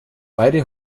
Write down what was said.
beide